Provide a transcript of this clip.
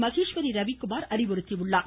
மகேஸ்வரி ரவிக்குமார் அறிவுறுத்தியுள்ளார்